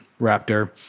Raptor